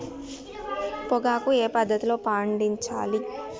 పొగాకు ఏ పద్ధతిలో పండించాలి?